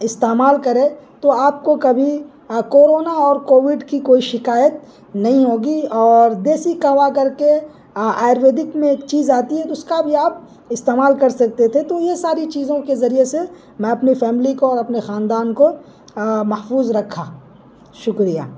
استعمال کرے تو آپ کو کبھی کورونا اور کووڈ کی کوئی شکایت نہیں ہوگی اور دیسی قہوہ کر کے آیورویدک میں ایک چیز آتی ہے اس کا بھی آپ استعمال کر سکتے تھے تو یہ ساری چیزوں کے ذریعے سے میں اپنی فیملی کو اور اپنے خاندان کو محفوظ رکھا شکریہ